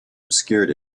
obscured